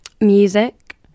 Music